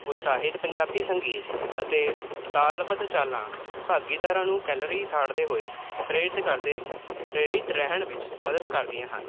ਉਤਸ਼ਾਹਿਤ ਪੰਜਾਬੀ ਸੰਗੀਤ ਅਤੇ ਤਾਲਬੱਧ ਚਾਲਾਂ ਭਾਗੀਦਾਰਾਂ ਨੂੰ ਕੈਲੋਰੀ ਸਾੜਦੇ ਹੋਏ ਪ੍ਰੇਰਿਤ ਕਰਦੇ ਪ੍ਰੇਰਿਤ ਰਹਿਣ ਵਿੱਚ ਮਦਦ ਕਰਦੀਆਂ ਹਨ